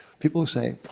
people who say,